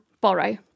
borrow